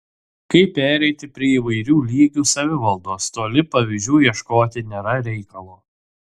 kaip pereiti prie įvairių lygių savivaldos toli pavyzdžių ieškoti nėra reikalo